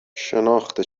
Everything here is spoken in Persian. شناخت